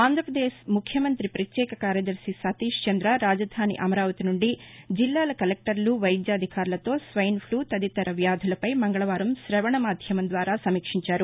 ఆంధ్రపదేశ్ ముఖ్యమంత్రి ప్రత్యేక కార్యదర్శి సతీష్చంద్ర రాజధాని అమరావతి నుండి జిల్లాల కలెక్టర్లు వైద్య అధికారులతో స్వైన్ఫ్లూ తదితర వ్యాధులపై మంగళవారం శవణ మాధ్యమం ద్వారా సమీక్షించారు